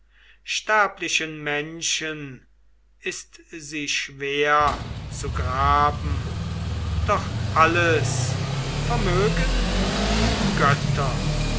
sterblichen menschen ist sie schwer zu graben doch alles vermögen die götter